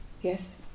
Yes